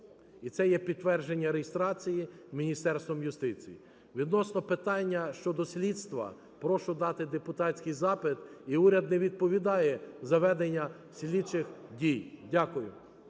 І це є підтвердження реєстрації Міністерством юстиції. Відносно питання щодо слідства, прошу дати депутатський запит. І уряд не відповідає за ведення слідчих дій. Дякую.